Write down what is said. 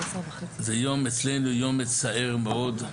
זה יום אצלנו יום מצער מאוד,